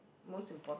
most important